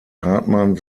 hartmann